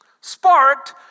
sparked